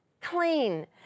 clean